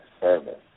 service